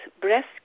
breast